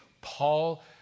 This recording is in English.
Paul